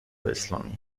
اسلامی